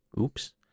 Oops